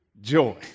Joy